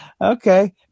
Okay